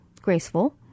graceful